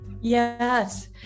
Yes